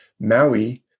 Maui